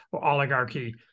oligarchy